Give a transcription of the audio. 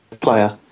player